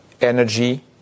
energy